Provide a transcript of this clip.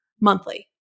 monthly